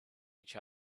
each